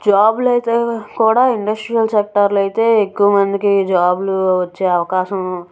జాబ్లు అయితే కూడా ఇండస్ట్రియల్ సెక్టారులో అయితే ఎక్కువ మందికి జాబ్లు వచ్చే అవకాశం